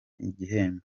igihembo